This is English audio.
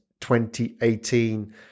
2018